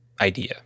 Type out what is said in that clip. idea